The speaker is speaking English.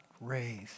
raised